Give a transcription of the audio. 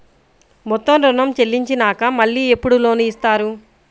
మొత్తం ఋణం చెల్లించినాక మళ్ళీ ఎప్పుడు లోన్ ఇస్తారు?